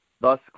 thus